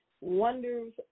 Wonders